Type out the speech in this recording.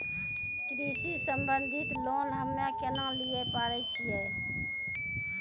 कृषि संबंधित लोन हम्मय केना लिये पारे छियै?